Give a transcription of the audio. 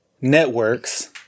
networks